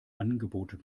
angeboten